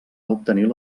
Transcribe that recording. obtenir